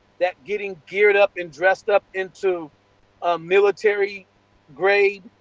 that getting geared up and dressed up into ah military grade,